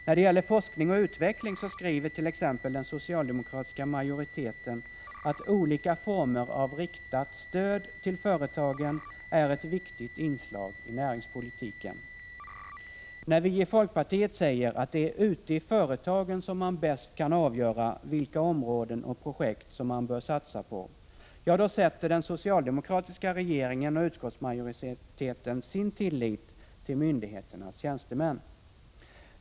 När det gäller forskning och utveckling så skriver t.ex. den socialdemokratiska majoriteten att olika former av riktat stöd till företagen är ett viktigt inslag i näringspolitiken. Då vi i folkpartiet säger att det är ute i företagen som man bäst kan avgöra vilka områden och projekt som man bör satsa på, ja då sätter den socialdemokratiska regeringen och utskottsmajoriteten sin tillit till myndigheternas tjänstemän.